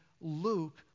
Luke